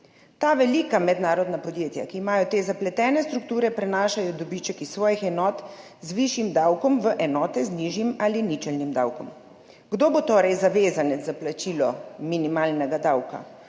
Ta velika mednarodna podjetja, ki imajo te zapletene strukture, prenašajo dobiček iz svojih enot z višjim davkom v enote z nižjim ali ničelnim davkom. Kdo bo torej zavezanec za plačilo minimalnega davka?